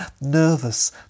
nervous